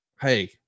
Hey